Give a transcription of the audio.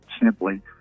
simply